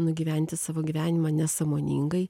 nugyventi savo gyvenimą nesąmoningai